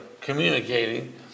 communicating